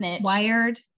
wired